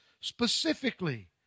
specifically